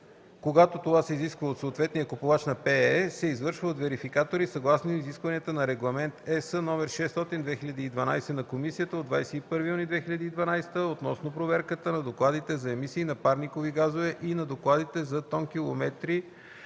когато това се изисква от съответния купувач на ПЕЕ, се извършва от верификатори съгласно изискванията на Регламент (ЕС) № 600/2012 на Комисията от 21 юни 2012 г. относно проверката на докладите за емисии на парникови газове и на докладите за тонкилометри